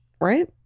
Right